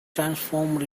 transformed